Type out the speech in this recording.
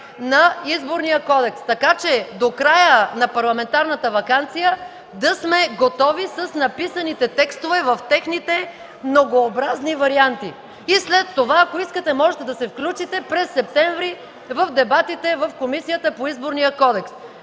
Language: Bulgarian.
на Изборния кодекс, така че до края на парламентарната ваканция да сме готови с написаните текстове в техните многообразни варианти. След това, ако искате, през септември можете да се включите в дебатите в Комисията по Изборния кодекс.